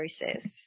process